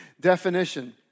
definition